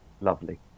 lovely